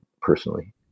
personally